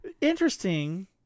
interesting